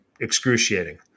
excruciating